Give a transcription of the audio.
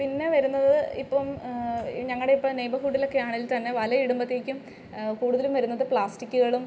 പിന്നെ വരുന്നത് ഇപ്പം ഞങ്ങളുടെ ഇപ്പൊ നെയിബർഹുഡിൽ ഒക്കെയാണെങ്കിൽ തന്നെ വലയിടുമ്പോഴത്തേക്കും കൂടുതലും വരുന്നത് പ്ലാസ്റ്റിക്കുകളും